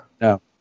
No